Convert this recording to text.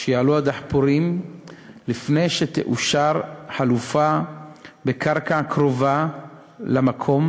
שיעלו הדחפורים לפני שתאושר חלופה לקרקע קרובה למקום